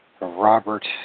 Robert